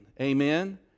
amen